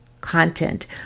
content